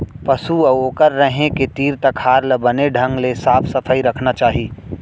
पसु अउ ओकर रहें के तीर तखार ल बने ढंग ले साफ सफई रखना चाही